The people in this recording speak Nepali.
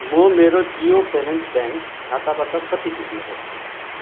म मेरो जियो पेमेन्ट्स ब्याङ्क खाताबाट कति झिक्नसक्छु